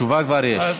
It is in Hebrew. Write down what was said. תשובה כבר יש.